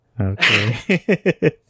Okay